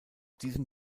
diesem